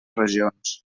regions